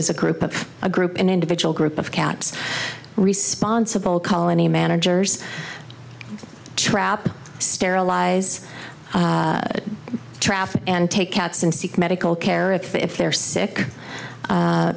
as a group of a group an individual group of cats responsible colony managers trap sterilize traffic and take cats and seek medical care if they're sick